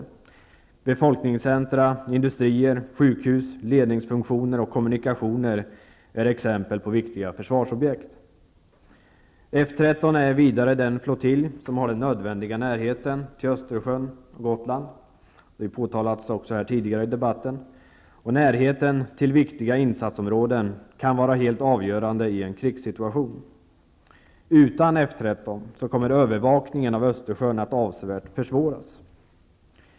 Befolkningscentra, industrier, sjukhus, ledningsfunktioner och kommunikationer är exempel på viktiga försvarsobjekt. F 13 är vidare den flottilj som har den nödvändiga närheten till Östersjön och Gotland, vilket här också påtalats tidigare under debatten. Närheten till viktiga insatsområden kan vara helt avgörande i en krigssituation. Utan F 13 kommer övervakningen av Östersjön att avsevärt försvåras.